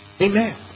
Amen